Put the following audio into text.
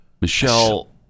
Michelle